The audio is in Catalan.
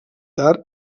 tard